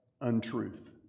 untruth